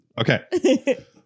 Okay